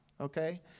Okay